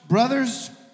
Brothers